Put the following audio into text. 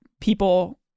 people